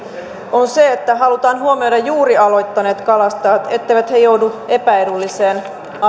on se että halutaan huomioida juuri aloittaneet kalastajat etteivät he joudu epäedulliseen asemaan arvoisa